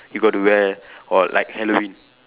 you got to wear or like Halloween